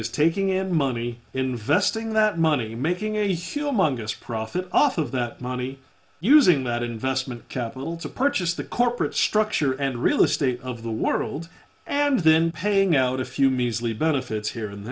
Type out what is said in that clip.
is taking in money investing that money making a humongous profit off of that money using that investment capital to purchase the corporate structure and real estate of the world and then paying out a few measly benefits here and